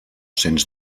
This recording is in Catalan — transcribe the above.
sens